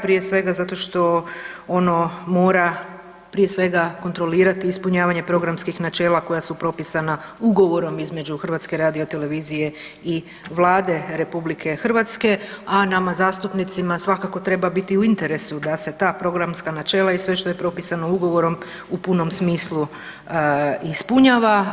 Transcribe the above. Prije svega zato što ono mora prije svega kontrolirati ispunjavanje programskih načela koja su propisana ugovorom između HRT-a i Vlade RH, a nama zastupnicima svakako treba biti u interesu da se ta programska načela i sve što je propisano ugovorom u punom smislu ispunjava.